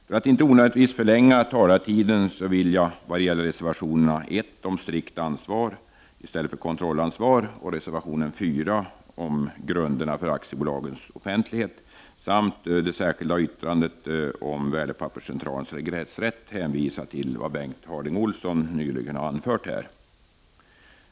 För att inte onödigtvis förlänga talartiden vill jag när det gäller reservation 1, om strikt ansvar i stället för kontrollansvar, reservation 4 om grunderna för aktiebokens offentlighet, samt det särskilda yttrandet 1, om Värdepapperscentralens regressrätt, hänvisa till vad Bengt Harding Olson just har anfört.